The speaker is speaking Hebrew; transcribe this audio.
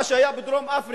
מה שהיה בדרום-אפריקה.